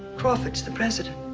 crawford is the president.